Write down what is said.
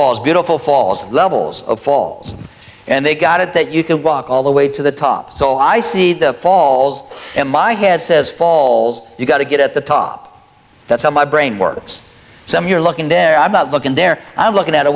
falls beautiful falls levels falls and they've got it that you can walk all the way to the top so i see the falls in my head says falls you've got to get at the top that's how my brain works some you're looking there i'm not looking there i'm looking at a